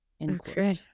okay